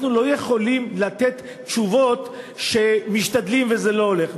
אנחנו לא יכולים לתת תשובות שמשתדלים וזה לא הולך.